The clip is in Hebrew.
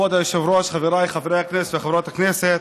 כבוד היושב-ראש, חבריי חברי הכנסת וחברות הכנסת,